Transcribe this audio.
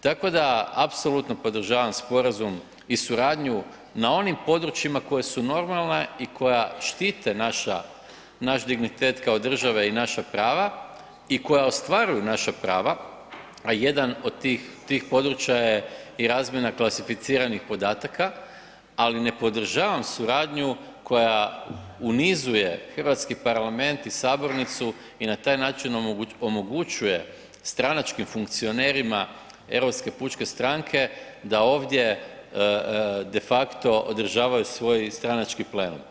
Tako da apsolutno podržavam sporazum i suradnju na onim područjima koje su normalne i koja štite naš dignitet kao države i naša prava i koja ostvaruju naša prava, a jedan od tih područja je i razmjena klasificiranih podataka, ali ne podržavam suradnju koja unizuje hrvatski parlament i sabornicu i na taj način omogućuje stranačkim funkcionerima EPS-e da ovdje de facto održavaju svoj stranački plenum.